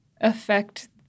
affect